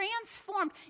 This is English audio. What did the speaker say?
transformed